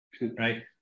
right